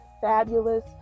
fabulous